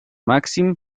màxim